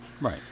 Right